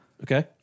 Okay